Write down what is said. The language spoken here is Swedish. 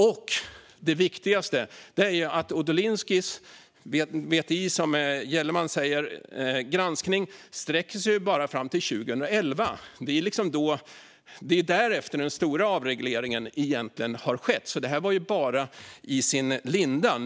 Och det viktigaste är att VTI:s granskning, som Helena Gellerman säger, bara sträcker sig fram till 2011. Det är ju därefter som den stora avregleringen egentligen har skett, så det var bara i sin linda då.